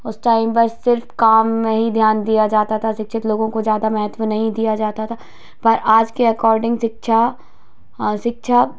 उस टाइम पर सर्फ काम में ही ध्यान दिया जाता था शिक्षित लोगों को ज्यादा महत्व नहीं दिया जाता था पर आज के अकॉर्डिंग शिक्षा शिक्षा